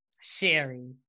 Sherry